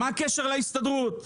מה הקשר להסתדרות?